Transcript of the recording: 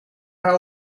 haar